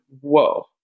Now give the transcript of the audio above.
whoa